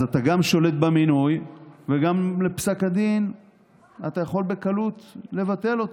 אז אתה שולט במינוי וגם את פסק הדין אתה יכול בקלות לבטל.